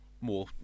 more